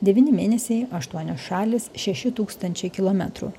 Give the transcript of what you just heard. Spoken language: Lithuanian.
devyni mėnesiai aštuonios šalys šeši tūkstančiai kilometrų